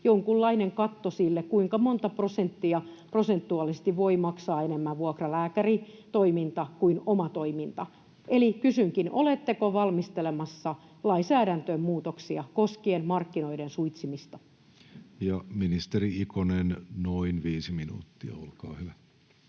jonkunlainen katto sille, kuinka monta prosenttia prosentuaalisesti voi maksaa enemmän vuokralääkäritoiminta kuin oma toiminta? Eli kysynkin: oletteko valmistelemassa lainsäädäntöön muutoksia koskien markkinoiden suitsimista? Ministeri Ikonen, noin viisi minuuttia, olkaa hyvä.